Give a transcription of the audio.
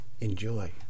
Enjoy